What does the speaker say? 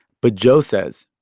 but joe says,